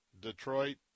Detroit